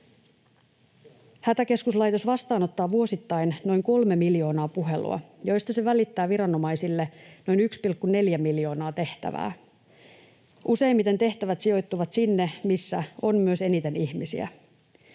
Hätäkeskuslaitos vastaanottaa vuosittain noin 3 miljoonaa puhelua, joista se välittää viranomaisille noin 1,4 miljoonaa tehtävää. Useimmiten tehtävät sijoittuvat sinne, missä on myös eniten ihmisiä.